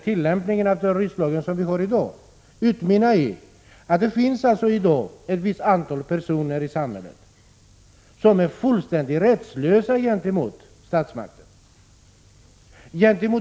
Tillämpningen av terroristlagen får till konsekvens att ett antal personer i samhället är fullständigt rättslösa gentemot statsmakterna.